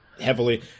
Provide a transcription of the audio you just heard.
Heavily